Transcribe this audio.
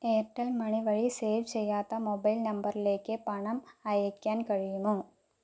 Airtel money വഴി save ചെയ്യാത്ത mobile നമ്പറിലേക്ക് പണം അയക്കാൻ കഴിയുമോ